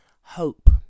hope